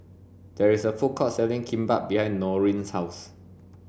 there is a food court selling Kimbap behind Norene's house